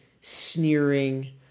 sneering